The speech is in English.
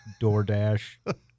DoorDash